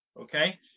Okay